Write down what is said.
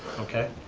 okay,